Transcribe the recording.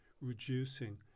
reducing